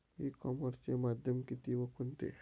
E कॉमर्सचे माध्यम किती व कोणते?